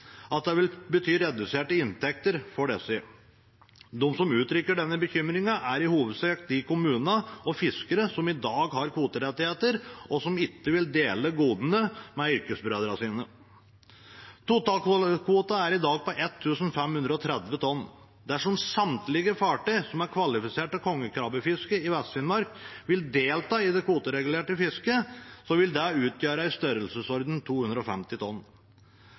at det vil bety reduserte inntekter for disse. De som uttrykker den bekymringen, er i hovedsak de kommunene og fiskerne som i dag har kvoterettigheter, og som ikke vil dele godene med yrkesbrødrene sine. Totalkvoten er i dag på 1 530 tonn. Dersom samtlige fartøy som er kvalifisert til kongekrabbefiske i Vest-Finnmark, vil delta i det kvoteregulerte fisket, vil det utgjøre en andel i størrelsesordenen 250 tonn.